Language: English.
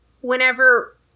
whenever